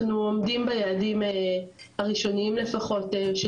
אנחנו עומדים ביעדים הראשונים לפחות של